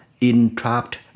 entrapped